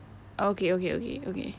okay okay okay okay